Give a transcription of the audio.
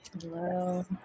Hello